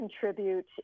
contribute